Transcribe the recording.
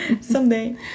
Someday